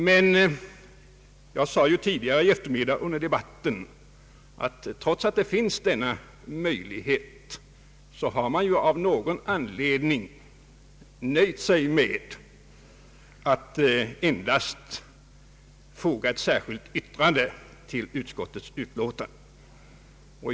Men jag sade tidigare under debatten i eftermiddags att trots att denna möjlighet finns så har man av någon anledning nöjt sig med att endast foga ett särskilt yttrande till utskottets utlåtande.